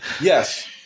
Yes